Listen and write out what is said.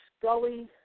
Scully